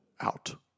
out